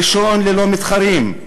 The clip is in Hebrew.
הראשון, ללא מתחרים,